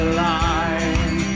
line